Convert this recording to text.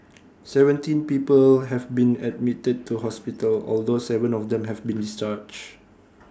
seventeen people have been admitted to hospital although Seven of them have been discharged